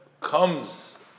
comes